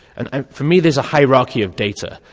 and um for me there is a hierarchy of data.